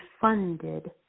funded